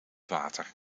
water